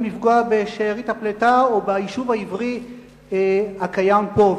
לפגוע בשארית הפליטה או ביישוב העברי הקיים פה.